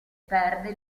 perde